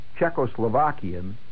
Czechoslovakian